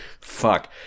fuck